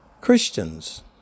Christians